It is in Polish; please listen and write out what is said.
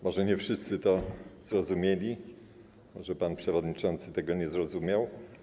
Może nie wszyscy to zrozumieli, może pan przewodniczący tego nie zrozumiał.